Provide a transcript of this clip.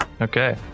Okay